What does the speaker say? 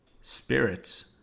spirits